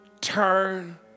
turn